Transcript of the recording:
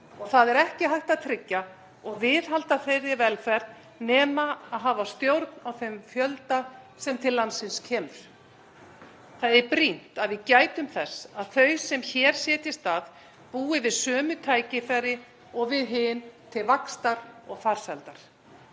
og það er ekki hægt að tryggja og viðhalda þeirri velferð nema hafa stjórn á þeim fjölda sem til landsins kemur. Það er brýnt að við gætum þess að þau sem hér setjast að búi við sömu tækifæri og við hin til vaxtar og farsældar.